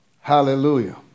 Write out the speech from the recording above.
Hallelujah